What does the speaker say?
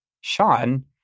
Sean